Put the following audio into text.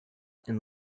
and